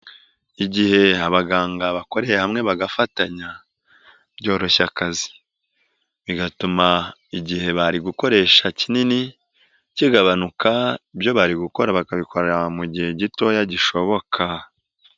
Igihe abaganga bakoreye hamwe bagafatanya byoroshya akazi bigatuma igihe bari gukoresha kinini kigabanuka ibyo bari gukora bakabikorera mu gihe gitoya gishoboka.